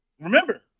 remember